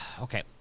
okay